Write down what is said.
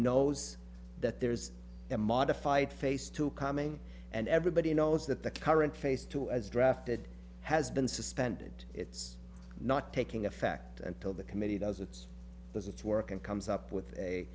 knows that there's a modified face to coming and everybody knows that the current phase two as drafted has been suspended it's not taking effect until the committee does its business work and comes up with a